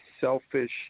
selfish